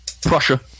Prussia